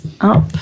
up